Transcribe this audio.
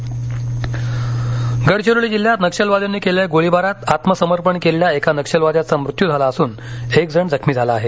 गडचिरोली गडचिरोली जिल्ह्यात नक्षलवाद्यांनी केलेल्या गोळीबारात आत्मसमर्पण केलेल्या एका नक्षलवाद्याचा मृत्यू झाला असून एकजण जखमी झाला आहे